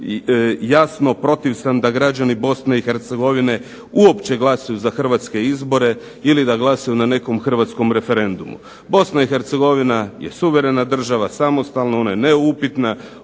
jasno protiv sam da građani Bosne i Hercegovine uopće glasuju za hrvatske izbore ili da glasuju na nekom hrvatskom referendumu. Bosna i Hercegovina je suverena država, samostalna, ona je neupitna,